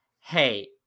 hey